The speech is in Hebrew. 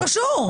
לא קשור.